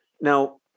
Now